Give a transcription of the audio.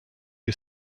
you